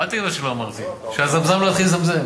אל, שלא אמרתי, שהזמזם לא יתחיל לזמזם.